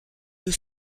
deux